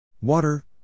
Water